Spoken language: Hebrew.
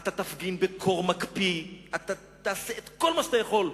אתה תפגין בקור מקפיא, אתה תעשה כל מה שאתה יכול.